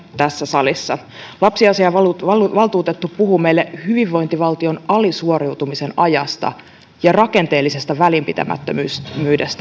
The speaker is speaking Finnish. tässä salissa lapsiasiainvaltuutettu puhuu meille hyvinvointivaltion alisuoriutumisen ajasta ja rakenteellisesta välinpitämättömyydestä